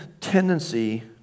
tendency